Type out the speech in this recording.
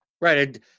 Right